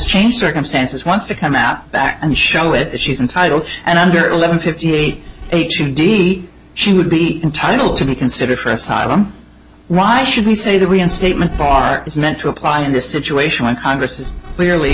changed circumstances wants to come out back and show it she's entitled and under eleven fifty eight h u d she would be entitled to be considered for asylum why should we say the reinstatement bar is meant to apply in this situation when congress is clearly